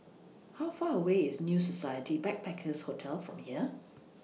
How Far away IS New Society Backpackers' Hotel from here